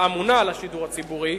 האמונה על השידור הציבורי,